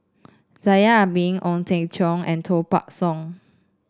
Zainal Abidin Ong Teng Cheong and Koh Buck Song